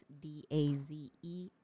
D-A-Z-E